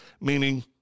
meaning